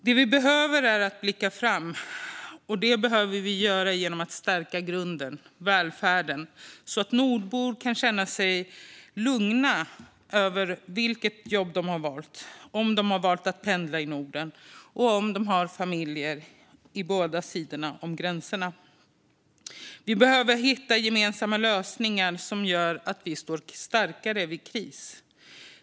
Det vi behöver göra är att blicka framåt och stärka grunden, välfärden, så att nordbor kan känna sig lugna över vilket jobb de har valt om de har valt att pendla i Norden och om de har familj på båda sidor av gränserna. Vi behöver hitta gemensamma lösningar som gör att vi står starkare vid kris.